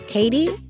Katie